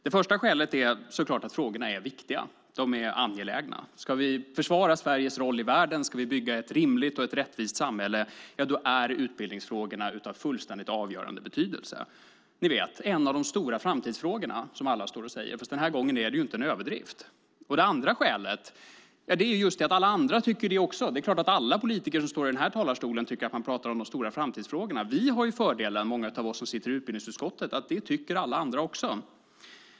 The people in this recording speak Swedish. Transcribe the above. Det första skälet är så klart att frågorna är viktiga och angelägna. Ska vi försvara Sveriges roll i världen och bygga ett rimligt och rättvist samhälle är utbildningsfrågorna av fullständigt avgörande betydelse - en av de stora framtidsfrågorna, som alla brukar säga, fast den här gången är det ingen överdrift. Det andra skälet är just att alla andra också tycker det. Det är klart att alla politiker som står i den här talarstolen tycker att man talar om de stora framtidsfrågorna. Vi som sitter i utbildningsutskottet har fördelen att alla andra också tycker det.